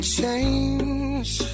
change